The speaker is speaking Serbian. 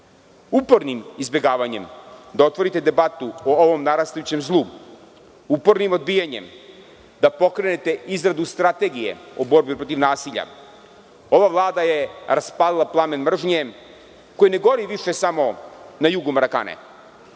nasilja. Upornim izbegavanjem da otvorite debatu o ovom narastajućem zlu, upornim odbijanjem da pokrenete izradu strategije o borbi protiv nasilja, ova Vlada je raspalila plamen mržnje koji više ne gori samo na jugu Marakane.